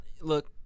look